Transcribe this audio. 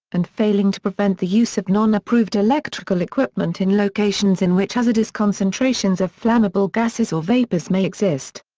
and failing to prevent the use of non-approved electrical equipment in locations in which hazardous concentrations of flammable gases or vapors may exist.